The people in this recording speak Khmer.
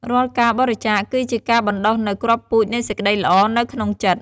រាល់ការបរិច្ចាគ គឺជាការបណ្ដុះនូវគ្រាប់ពូជនៃសេចក្ដីល្អនៅក្នុងចិត្ត។